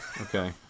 Okay